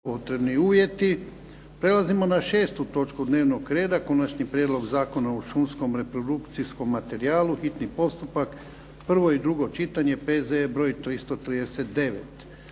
Ivan (HDZ)** Prelazimo na 6. točku dnevnog reda - Konačni prijedlog Zakona o šumskom reprodukcijskom materijalu, hitni postupak, prvo i drugo čitanje, P.Z.E. br. 339